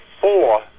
four